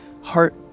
heart